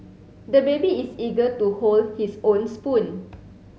the baby is eager to hold his own spoon